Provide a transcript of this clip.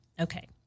Okay